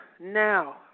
now